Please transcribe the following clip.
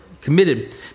Committed